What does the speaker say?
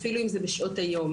אפילו אם זה בשעות היום,